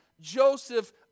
Joseph